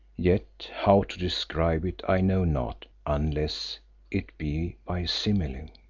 yet how to describe it i know not unless it be by simile.